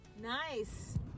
Nice